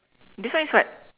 this one is what